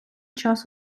час